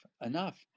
enough